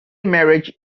marriage